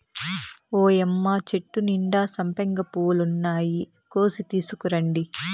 ఓయ్యమ్మ చెట్టు నిండా సంపెంగ పూలున్నాయి, కోసి తీసుకురండి